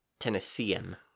Tennessean